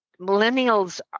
millennials